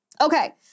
Okay